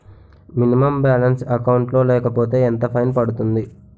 Minimum balance account లో లేకపోతే ఎంత ఫైన్ పడుతుంది?